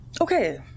Okay